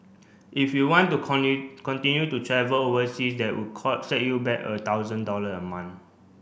if you want to continue to travel overseas that would set you back a thousand dollar a month